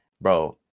bro